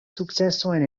sukcesojn